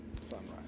Sunrise